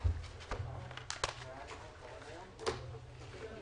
13:50.